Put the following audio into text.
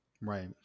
Right